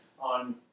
on